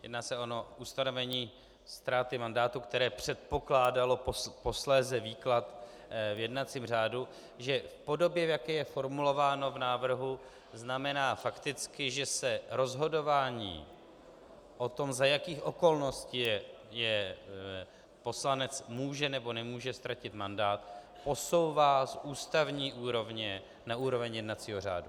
Jedná se o ono ustanovení ztráty mandátu, které předpokládalo posléze výklad v jednacím řádu, že v podobě, v jaké je formulováno v návrhu, znamená fakticky, že se rozhodování o tom, za jakých okolností poslanec může nebo nemůže ztratit mandát, posouvá z ústavní úrovně na úroveň jednacího řádu.